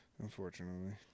Unfortunately